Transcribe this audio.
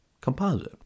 composite